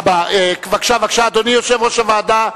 אדוני יושב-ראש הוועדה,